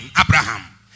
Abraham